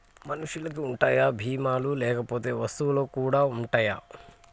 మనుషులకి ఉంటాయా బీమా లు లేకపోతే వస్తువులకు కూడా ఉంటయా?